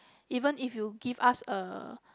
even if you give us a